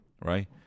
Right